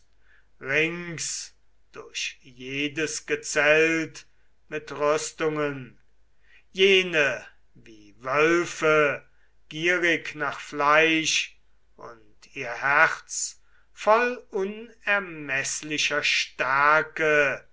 rings durch jedes gezelt mit rüstungen jene wie wölfe gierig nach fleisch und ihr herz voll unermeßlicher stärke